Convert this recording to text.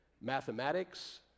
Mathematics